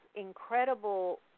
incredible